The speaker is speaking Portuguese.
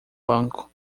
banco